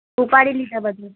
ઉપાડી લીધા બધે